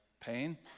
pain